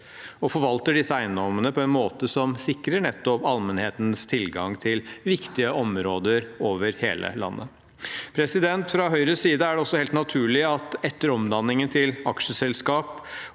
og forvalter disse eiendommene på en måte som sikrer allmennhetens tilgang til viktige områder over hele landet. Fra Høyres side er det også helt naturlig at eierskapet – etter omdanningen til aksjeselskap